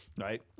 right